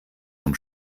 zum